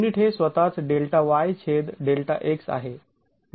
unit हे स्वतःच Δy छेद Δx आहे